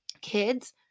kids